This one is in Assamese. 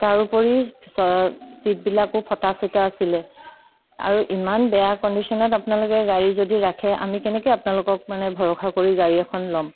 তাৰোপৰি ছীটবিলাকো ফটা চিটা আছিলে আৰু ইমান বেয়া কণ্ডিশ্যনত আপোনালোকে গাড়ী যদি ৰাখে আমি কেনেকৈ আপোনালোকক মানে ভৰষা কৰি গাড়ী এখন ল'ম